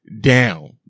down